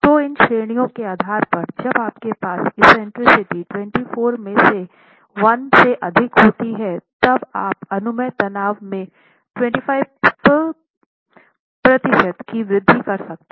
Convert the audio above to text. तो इन श्रेणियों के आधार पर जब आपके पास एक्सेंट्रिसिटी 24 में से 1 से अधिक होती है तब आप अनुमेय तनाव में 25 प्रतिशत की वृद्धि कर सकते हैं